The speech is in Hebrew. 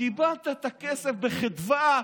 וקיבלת את הכסף בחדווה,